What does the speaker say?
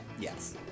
Yes